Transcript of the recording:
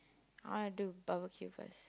I wanna do barbecue first